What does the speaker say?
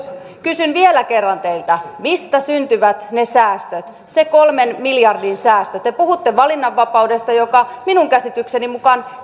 kysyn vielä kerran teiltä mistä syntyvät ne säästöt se kolmen miljardin säästö te puhutte valinnanvapaudesta joka minun käsitykseni mukaan